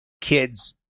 kids